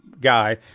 guy